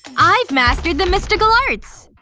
i've mastered the mystical arts!